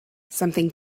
something